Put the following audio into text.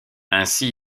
ainsi